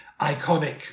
iconic